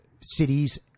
cities